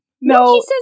no